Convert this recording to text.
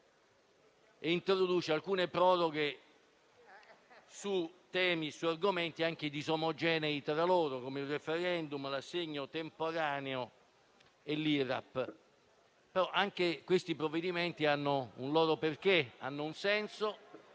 e introduce alcune proroghe su argomenti disomogenei tra loro, come il *referendum*, l'assegno temporaneo e l'IRAP. Tuttavia anche questi provvedimenti hanno un loro perché, hanno un senso